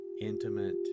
intimate